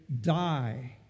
die